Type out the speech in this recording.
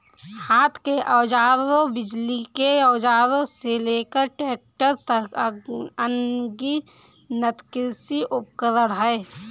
हाथ के औजारों, बिजली के औजारों से लेकर ट्रैक्टरों तक, अनगिनत कृषि उपकरण हैं